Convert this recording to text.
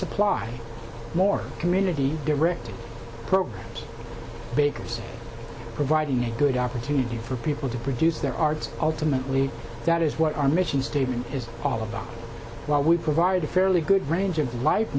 supply more community directed programs bakers providing a good opportunity for people to produce their arts ultimately that is what our mission statement is all about while we provide a fairly good range of li